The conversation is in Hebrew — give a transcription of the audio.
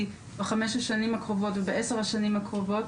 בחמש השנים הקרובות ובעשר השנים הקרובות.